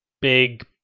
big